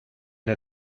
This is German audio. der